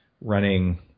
running